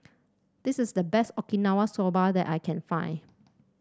this is the best Okinawa Soba that I can find